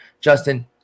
Justin